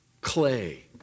clay